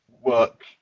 work